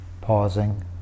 Pausing